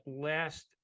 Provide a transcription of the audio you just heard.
last